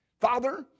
Father